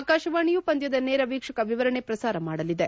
ಆಕಾಶವಾಣಿಯು ಪಂದ್ಯದ ನೇರ ವೀಕ್ಷಕ ವಿವರಣೆ ಪ್ರಸಾರ ಮಾಡಲಿದೆ